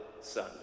son